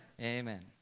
Amen